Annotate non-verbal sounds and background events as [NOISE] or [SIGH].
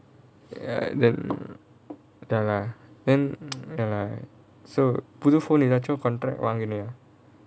[NOISE] then ya lah then [NOISE] ya lah so புதுசா ஏதாச்சும்:puthusaa yethaachum contract வாங்குனியா:vaanguniyaa